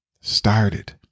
started